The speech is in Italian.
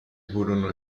furono